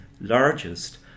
largest